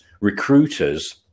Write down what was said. recruiters